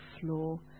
floor